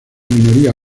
minoría